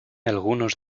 algunos